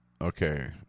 okay